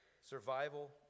Survival